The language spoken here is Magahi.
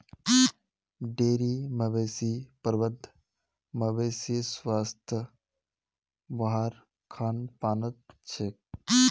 डेरी मवेशी प्रबंधत मवेशीर स्वास्थ वहार खान पानत छेक